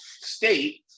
state